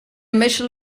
myśl